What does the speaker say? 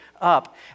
up